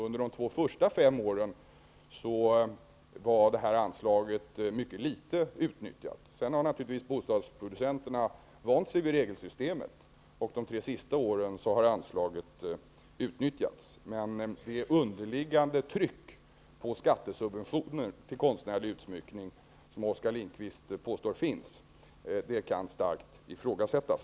Under de två första av dessa fem år var anslaget mycket litet utnyttjat. Sedan har naturligtvis bostadsproducenterna vant sig vid regelsystemet. De tre senaste åren har anslaget utnyttjats. Det underliggande tryck på skattesubventioner till konstnärlig utsmyckning som Oskar Lindkvist påstår finns, kan starkt ifrågasättas.